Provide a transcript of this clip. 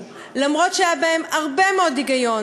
למרות שהיה בהן הרבה מאוד היגיון,